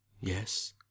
Yes